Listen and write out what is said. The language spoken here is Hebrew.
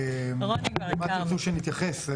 למה תרצו שאני אתייחס?